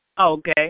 Okay